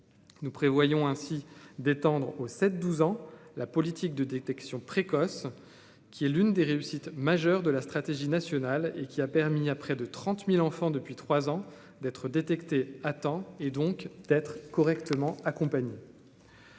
nous prévoyons ainsi d'étendre aux 7 12 ans la politique de détection précoce qui est l'une des réussites majeures de la stratégie nationale et qui a permis à près de 30000 enfants depuis 3 ans, d'être détecté à temps et donc d'être correctement accompagné.